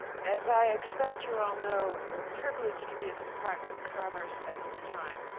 as i expect you all know we're privileged to be at the department of commerce at this time.